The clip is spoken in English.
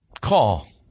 call